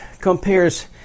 compares